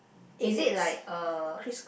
is it like uh